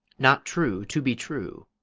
not true, to be true.